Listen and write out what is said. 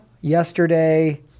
Yesterday